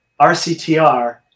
RCTR